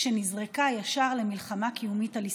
כשנזרקה ישר למלחמה קיומית על הישרדותה,